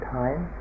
time